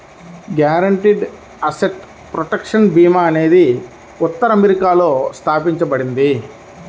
guaranteed asset protection భీమా అనేది ఉత్తర అమెరికాలో స్థాపించబడింది